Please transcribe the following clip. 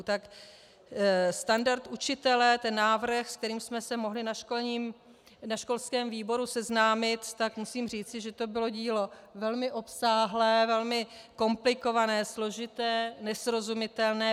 Tak standard učitele, ten návrh, s kterým jsme se mohli na školském výboru seznámit, tak musím říci, že to bylo dílo velmi obsáhlé, velmi komplikované, složité, nesrozumitelné.